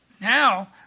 Now